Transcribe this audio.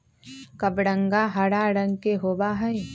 कबरंगा हरा रंग के होबा हई